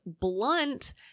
Blunt